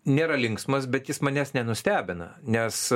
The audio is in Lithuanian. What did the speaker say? nėra linksmas bet jis manęs nenustebina nes